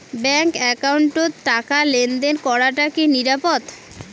Bank একাউন্টত টাকা লেনদেন করাটা কি নিরাপদ?